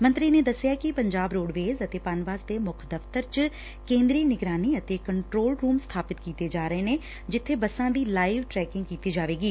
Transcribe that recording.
ਮੰਤਰੀ ਨੇ ਦਸਿਐ ਕਿ ਪੰਜਾਬ ਰੋਡਵੇਜ਼ ਅਤੇ ਪਨਬਸ ਦੇ ਮੁੱਖ ਦਫ਼ਤਰ ਚ ਕੇਂਦਰੀ ਨਿਗਰਾਨੀ ਅਤੇ ਕੰਟਰੋਲ ਰੁਮ ਸਬਾਪਿਤ ਕੀਤੇ ਜਾ ਰਹੇ ਨੇ ਜਿੱਥੇ ਬੱਸਾਂ ਦੀ ਲਾਈਵ ਟੈਕਿੰਗ ਕੀਤੀ ਜਾਵੇਗੀ